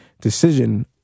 decision